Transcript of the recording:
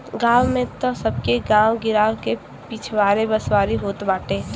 गांव में तअ सबके गांव गिरांव के पिछवारे बसवारी होत बाटे